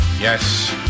yes